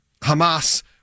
hamas